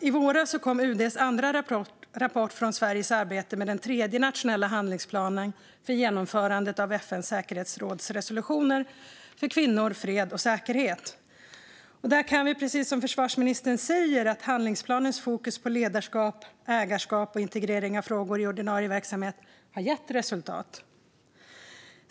I våras kom UD:s andra rapport från Sveriges arbete med den tredje nationella handlingsplanen för genomförandet av FN:s säkerhetsråds resolutioner för kvinnor, fred och säkerhet. Där kan vi, precis som försvarsministern säger, se att handlingsplanens fokus på ledarskap, ägarskap och integrering av frågor i ordinarie verksamhet har gett resultat.